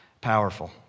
powerful